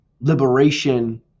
liberation